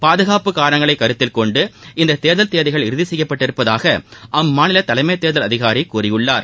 பாதுகாப்புகாரணங்களைக்கருத்தில்கொண்டுஇந்ததேர்தல்தேதிகள்இறுதிசெய்யப்ப ட்டிருப்பதாகஅம்மாநிலதலைமைத்தேர்தல்அதிகாரிகூறியுள்ளார்